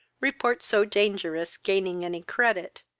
reports so dangerous gaining any credit,